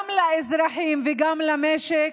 גם לאזרחים וגם למשק,